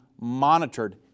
monitored